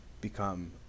become